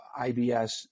IBS